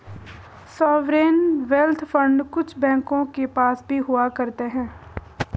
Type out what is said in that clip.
sovereign wealth fund कुछ बैंकों के पास भी हुआ करते हैं